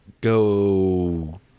go